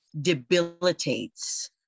debilitates